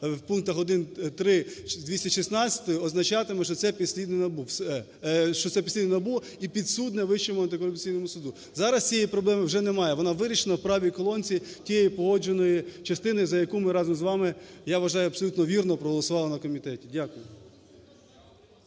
це підслідне НАБУ. Все… що це підслідне НАБУ і підсудне Вищому антикорупційному суду. Зараз цієї проблеми вже немає, вона вирішена в правій колонці тією погодженою частиною, за яку ми разом з вами, я вважаю, абсолютно вірно проголосували на комітеті. Дякую.